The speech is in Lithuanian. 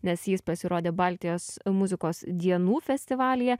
nes jis pasirodė baltijos muzikos dienų festivalyje